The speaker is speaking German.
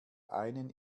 einen